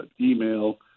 email